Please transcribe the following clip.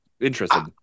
interested